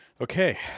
Okay